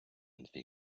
дві